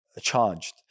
charged